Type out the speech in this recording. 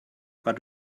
but